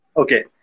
Okay